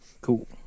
Cool